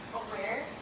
aware